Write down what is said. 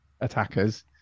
attackers